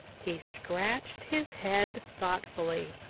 he scratched his head thoughtfully.